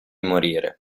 morire